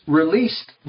released